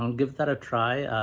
um give that a try,